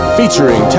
featuring